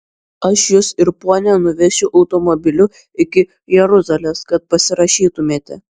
aš jus ir ponią nuvešiu automobiliu iki jeruzalės kad pasirašytumėte